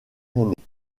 pyrénées